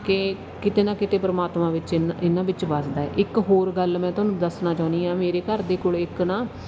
ਕਿ ਕਿਤੇ ਨਾ ਕਿਤੇ ਪਰਮਾਤਮਾ ਵਿੱਚ ਇਹਨਾਂ ਵਿੱਚ ਵੱਸਦਾ ਇੱਕ ਹੋਰ ਗੱਲ ਮੈਂ ਤੁਹਾਨੂੰ ਦੱਸਣਾ ਚਾਹੁੰਦੀ ਹਾਂ ਮੇਰੇ ਘਰ ਦੇ ਕੋਲ ਇੱਕ ਨਾ